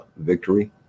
victory